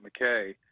McKay